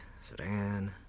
sedan